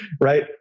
Right